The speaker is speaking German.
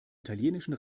italienischen